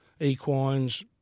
equines